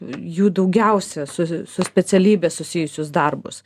jų daugiausia su su specialybe susijusius darbus